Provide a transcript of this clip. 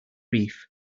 reef